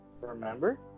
remember